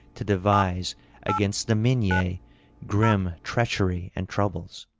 to devise against the minyae grim treachery and troubles.